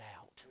out